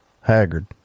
haggard